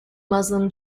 muslim